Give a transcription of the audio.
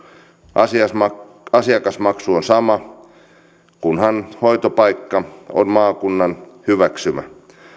asiakasmaksu asiakasmaksu on sama kunhan hoitopaikka on maakunnan hyväksymä